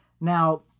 now